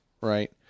right